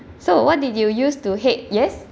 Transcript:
so what did you used to hate yes